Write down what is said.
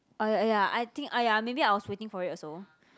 oh ya ya I think ah ya maybe I was waiting for it also